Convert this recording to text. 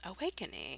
awakening